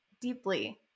deeply